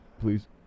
Please